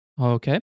Okay